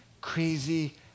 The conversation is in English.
crazy